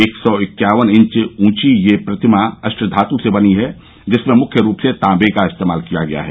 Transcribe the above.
एक सौ इक्यावन इंच ऊंची यह प्रतिमा अष्टधातु से बनी है जिसमें मुख्य रूप से तांबे का इस्तेमाल किया गया है